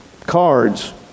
cards